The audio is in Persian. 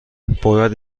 باید